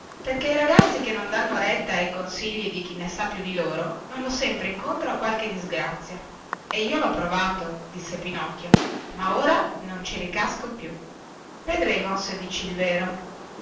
perché i ragazzi che non danno retta ai consigli di chi ne sa più di loro vanno sempre incontro a qualche disgrazia e io lho provato disse pinocchio ma ora non ci ricasco più vedremo se dici il vero